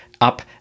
up